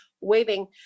waving